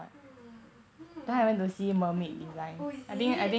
hmm hmm I don't know oh is it